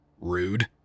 Rude